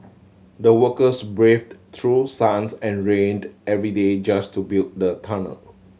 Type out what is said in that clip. the workers braved through suns and rained every day just to build the tunnel